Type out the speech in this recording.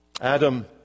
Adam